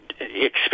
experience